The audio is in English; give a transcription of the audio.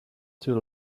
too